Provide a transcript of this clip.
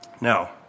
Now